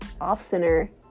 Off-center